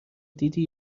دیدی